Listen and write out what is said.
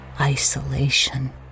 isolation